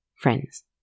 Friends